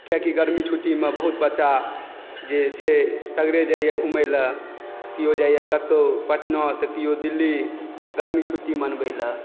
कियाकि गर्मी छुट्टीमे बहुत बच्चा जे छै सगरे जाइए घुमय लेल किओ जाइए कतहु पटना तऽ किओ दिल्ली गर्मी छुट्टी मनबय लेल